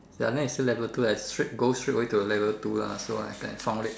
ya it's still at level two I straight go straight away to the level two then I found it